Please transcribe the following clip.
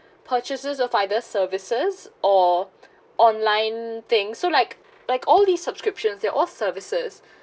purchases of either services or online thing so like like all the subscriptions that all services